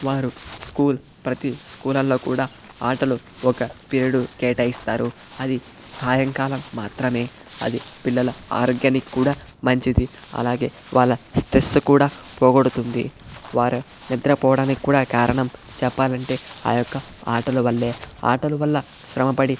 వారు స్కూల్ ప్రతి స్కూల్లలో కూడా ఆటలు ఒక పీరియడ్ కేటాయిస్తారు అది సాయంకాలం మాత్రమే అది పిల్లల ఆరోగ్యానికి కూడా మంచిది అలాగే వాళ్ళ స్ట్రెస్ కూడా పోగొడుతుంది వారు నిద్రపోవడానికి కూడా కారణం చెప్పాలంటే ఆ యొక్క ఆటల వల్లే ఆటల వల్ల శ్రమపడి